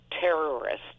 terrorists